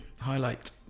highlight